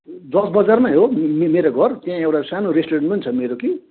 जज बजारमै हो मेरो घर त्यहाँ एउटा सानो रेस्टुरेन्ट पनि छ मेरो कि